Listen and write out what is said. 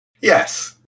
Yes